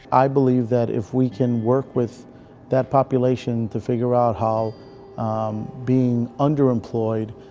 i believe that if we can work with that population to figure out how being underemployed,